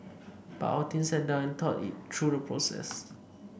but our team sat down and thought through the process